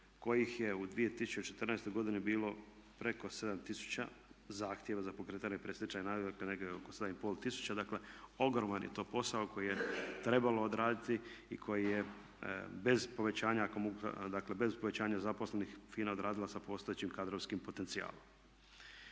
kojih je u 2014. godini bilo preko 7000 zahtjeva za pokretanje predstečajne nagodbe, dakle negdje oko 7500. Dakle, ogroman je to posao koji je trebalo odraditi i koji je bez povećanja zaposlenih FINA odradila sa postojećim kadrovskim potencijalom.